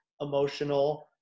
emotional